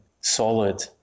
solid